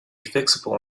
fixable